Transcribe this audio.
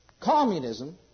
communism